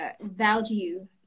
value